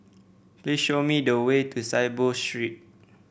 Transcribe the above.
please show me the way to Saiboo Street